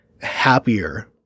happier